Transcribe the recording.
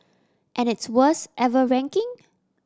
and its worst ever ranking